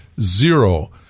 zero